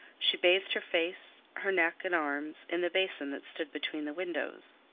she bathed her face, her neck and arms in the basin that stood between the windows.